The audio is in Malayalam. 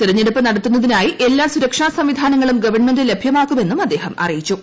തെരഞ്ഞെടുപ്പ് നടത്തുന്നതിനായി എല്ലാ സുരക്ഷാ സംവിധാനങ്ങളും ഗ്ഗവൺമെന്റ് ലഭ്യമാക്കു മെന്നും അദ്ദേഹം അറിയിച്ചു